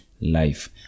life